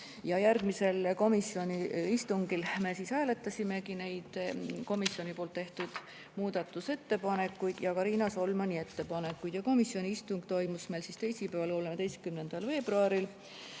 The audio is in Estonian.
Järgmisel komisjoni istungil me hääletasimegi neid komisjoni tehtud muudatusettepanekuid ja ka Riina Solmani ettepanekuid. Komisjoni istung toimus meil teisipäeval, 13. veebruaril